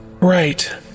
Right